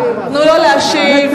לו להשיב בבקשה.